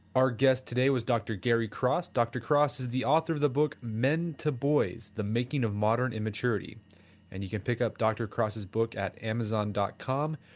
our guest today was dr. gary cross. dr. cross is the author of the book men to boys the making of modern immaturity and you can pick up dr. cross's book at amazon dot com,